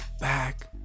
back